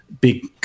big